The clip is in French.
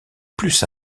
plus